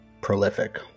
prolific